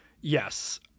Yes